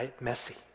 messy